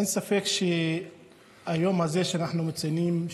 אין ספק שהיום הזה שאנחנו מציינים,